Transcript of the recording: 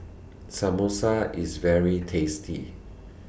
Samosa IS very tasty